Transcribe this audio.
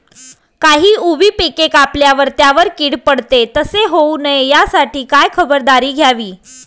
काही उभी पिके कापल्यावर त्यावर कीड पडते, तसे होऊ नये यासाठी काय खबरदारी घ्यावी?